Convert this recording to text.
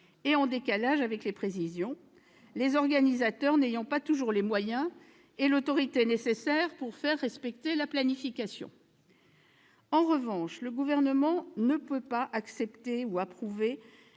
et en décalage avec les prévisions, les organisateurs n'ayant pas toujours les moyens et l'autorité nécessaires pour faire respecter la planification. En revanche, le Gouvernement ne saurait approuver